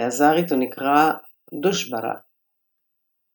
באזרית הוא נקרא דושברה - düşbərə,